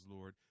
Lord